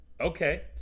Okay